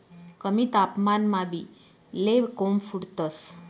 कमी तापमानमा बी ले कोम फुटतंस